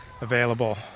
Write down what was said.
available